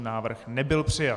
Návrh nebyl přijat.